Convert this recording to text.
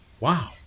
Wow